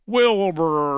Wilbur